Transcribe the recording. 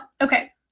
okay